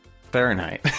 fahrenheit